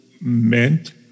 meant